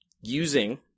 using